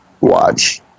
watch